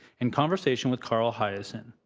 in conversation with carl hiassen.